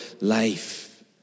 life